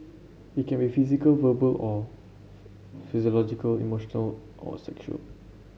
it can be physical verbal or psychological emotional or sexual